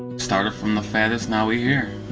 started from the fattest, now we're here.